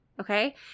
okay